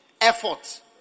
effort